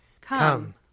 Come